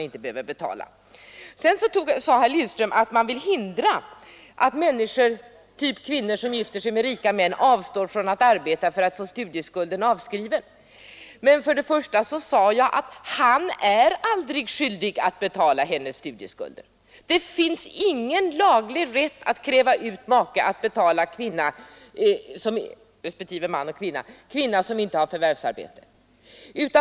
Sedan sade herr Lindström att man vill hindra att människor, typ kvinnor som gifter sig med rika män, avstår från att arbeta för att få studieskulden avskriven. Men jag sade att mannen aldrig är skyldig att betala hennes studieskulder eller tvärtom. Det finns ingen laglig rätt att kräva att en make skall betala studieskulden för en maka som inte har förvärvsarbete.